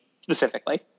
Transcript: specifically